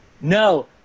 No